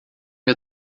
mir